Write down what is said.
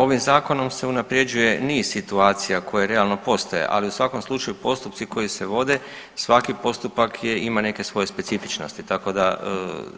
Ovim zakonom se unapređuje niz situacija koje realno postoje, ali u svakom slučaju postupci koji se vode svaki postupak ima neke svoje specifičnosti, tako da